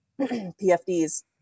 PFDs